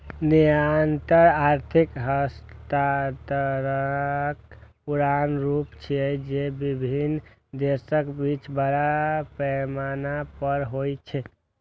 निर्यात आर्थिक हस्तांतरणक पुरान रूप छियै, जे विभिन्न देशक बीच बड़ पैमाना पर होइ छै